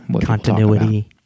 continuity